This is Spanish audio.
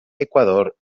ecuador